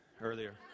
earlier